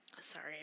Sorry